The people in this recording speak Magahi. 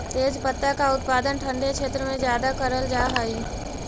तेजपत्ता का उत्पादन ठंडे क्षेत्र में ज्यादा करल जा हई